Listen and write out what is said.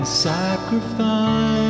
Sacrifice